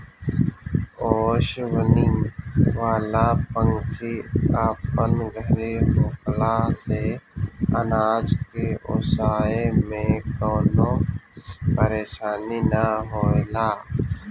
ओसवनी वाला पंखी अपन घरे होखला से अनाज के ओसाए में कवनो परेशानी ना होएला